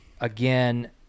again